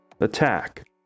attack